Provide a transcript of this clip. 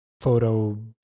photo